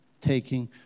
taking